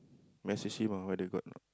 message him ah whether got or not